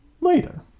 later